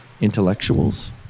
intellectuals